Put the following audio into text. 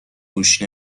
گوش